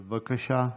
בבקשה.